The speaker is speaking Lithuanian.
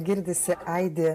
girdisi aidi